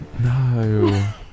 No